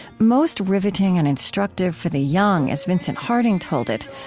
most riveting and instructive for the young, as vincent harding told it,